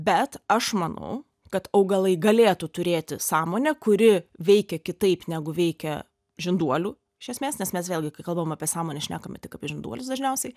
bet aš manau kad augalai galėtų turėti sąmonę kuri veikia kitaip negu veikia žinduolių iš esmės nes mes vėlgi kai kalbam apie sąmonę šnekame tik apie žinduolius dažniausiai